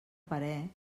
parer